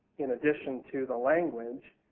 in addition to the language.